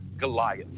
Goliath